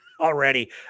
already